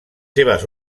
seves